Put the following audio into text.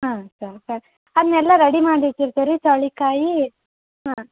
ಹಾಂ ಸವ್ಕಾಶ ಅದನ್ನೆಲ್ಲ ರೆಡಿ ಮಾಡಿ ಇಟ್ಟಿರ್ತೀವಿ ರೀ ಚೌಳಿಕಾಯಿ ಹಾಂ